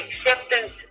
Acceptance